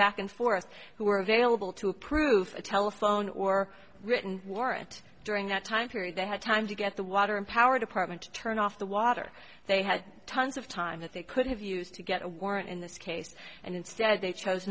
back and forth who were available to approve a telephone or written warrant during that time period they had time to get the water and power department to turn off the water they had tons of time that they could have used to get a warrant in this case and instead they chose